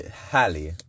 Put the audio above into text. Hallie